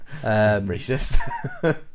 racist